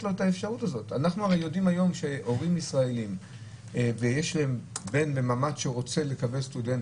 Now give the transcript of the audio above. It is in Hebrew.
הורים ישראלים שיש להם בן שרוצה לקבל מעמד של סטודנט,